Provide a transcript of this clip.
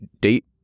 date